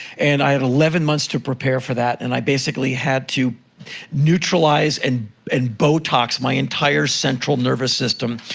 and i had eleven months to prepare for that. and i basically had to neutralize and and botox my entire central nervous system,